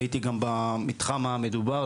הייתי גם במתחם המדובר,